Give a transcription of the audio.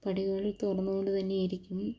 പടികളിൽ തുറന്നു കൊണ്ട് തന്നെയായിരിക്കും